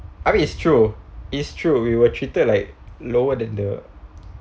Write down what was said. I mean it's true it's true we were treated like lower than the